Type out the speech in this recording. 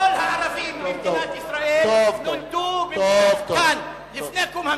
הערבים במדינת ישראל נולדו כאן לפני קום המדינה.